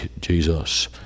Jesus